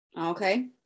okay